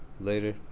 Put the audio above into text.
Later